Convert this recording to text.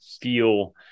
feel